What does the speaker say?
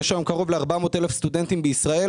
יש היום קרוב ל-400,000 סטודנטים בישראל